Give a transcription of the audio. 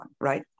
right